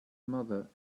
mother